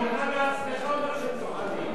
אתה בעצמך אומר שהם זוחלים.